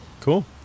Cool